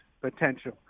potential